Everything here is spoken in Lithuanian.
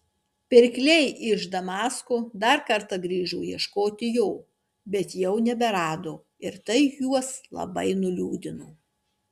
pirkliai iš damasko dar kartą grįžo ieškoti jo bet jau neberado ir tai juos labai nuliūdino